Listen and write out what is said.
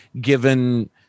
given